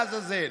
לעזאזל.